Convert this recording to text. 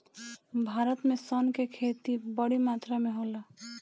भारत में सन के खेती बड़ी मात्रा में होला